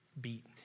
beat